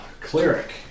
Cleric